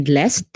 less